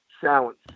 challenge